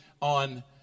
on